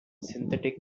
synthetic